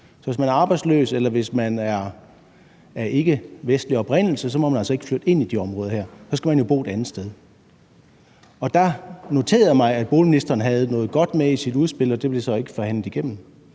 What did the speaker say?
Så hvis man er arbejdsløs eller man er af ikkevestlig oprindelse, må man altså ikke flytte ind i de boligområder her; så skal man jo bo et andet sted. Og der noterede jeg mig, at boligministeren havde noget godt med i sit udspil, og det blev jo så ikke forhandlet igennem